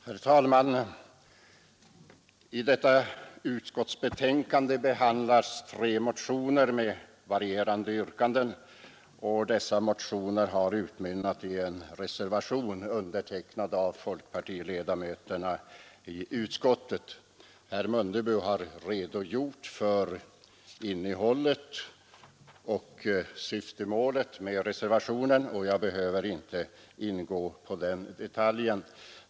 Herr talman! I detta utskottsbetänkande behandlas tre motioner med varierande yrkanden, och en av dem har utmynnat i en reservation, undertecknad av folkpartiledamöterna i utskottet. Herr Mundebo har redogjort för innehållet i och syftemålet med reservationen, och jag behöver därför inte ingå på den detaljen.